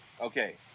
okay